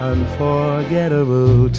Unforgettable